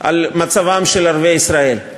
על מצבם של ערביי ישראל,